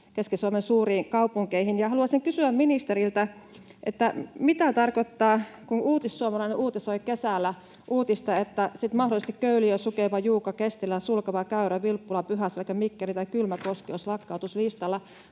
Keski-Suomen suuriin kaupunkeihin. Haluaisin kysyä ministeriltä, mitä tarkoittaa, kun Uutissuomalainen uutisoi kesällä, että sitten mahdollisesti Köyliö, Sukeva, Juuka, Kestilä, Sulkava, Käyrä, Vilppula, Pyhäselkä, Mikkeli tai Kylmäkoski olisivat lakkautuslistalla.